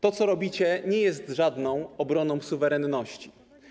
To, co robicie, nie jest żadną obroną suwerenności.